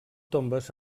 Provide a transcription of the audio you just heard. tombes